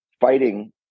fighting